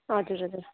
हजुर हजुर